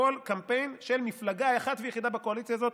הכול קמפיין של מפלגה אחת ויחידה בקואליציה הזאת,